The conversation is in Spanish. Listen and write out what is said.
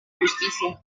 justicia